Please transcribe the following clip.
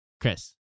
Chris